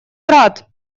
брат